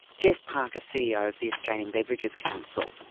geoff parker, ceo of the australian beverages council.